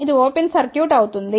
ఇది open circuit అవుతుంది